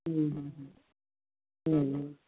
ਹੂੰ ਹੂੰ ਹੂੰ ਹੂੰ